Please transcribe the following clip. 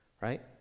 right